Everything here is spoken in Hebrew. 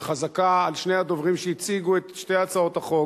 וחזקה על שני הדוברים שהציגו את שתי הצעות החוק,